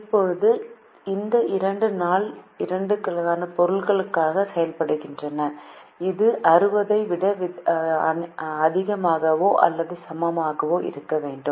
இப்போது இந்த இரண்டு நாள் 2 க்கான பொருட்களாக செயல்படுகின்றன இது 60 ஐ விட அதிகமாகவோ அல்லது சமமாகவோ இருக்க வேண்டும்